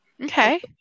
okay